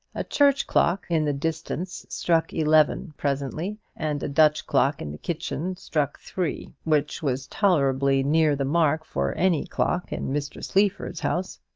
a church clock in the distance struck eleven presently, and a dutch clock in the kitchen struck three, which was tolerably near the mark for any clock in mr. sleaford's house.